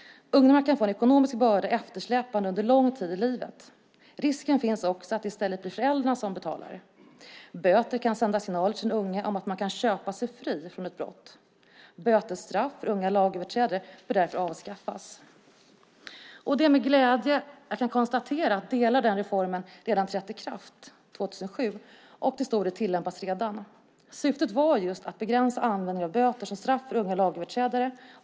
Ungdomarna kan annars få en ekonomisk börda att släpa på under lång tid. Risken finns också att det i stället blir föräldrarna som betalar. Böter kan sända signaler till den unge om att man kan köpa sig fri från ett brott. Bötesstraff för unga lagöverträdare bör därför avskaffas. Det är med glädje jag kan konstatera att delar av den reformen trädde i kraft redan 2007 och nu tillämpas till stor del. Syftet var just att begränsa användandet av böter som straff för unga lagöverträdare.